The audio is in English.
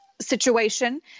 situation